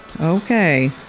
Okay